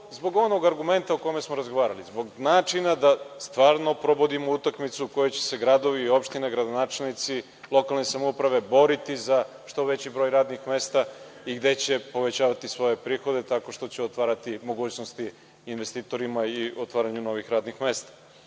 zbog onog argumenta o kome smo razgovarali, zbog načina da stvarno probudimo utakmicu u kojoj će se gradovi i opštine, gradonačelnici, lokalne samouprave boriti za što veći broj radnih mesta i gde će povećavati svoje prihode tako što će otvarati mogućnosti investitorima i otvaranju novih radnih mesta. Šta